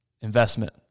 investment